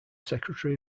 secretary